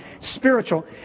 Spiritual